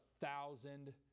thousand